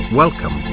welcome